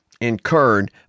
incurred